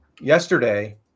Yesterday